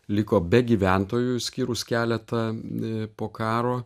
liko be gyventojų išskyrus keletą po karo